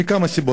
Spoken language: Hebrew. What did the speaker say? מכמה סיבות.